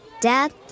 Dad